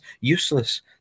Useless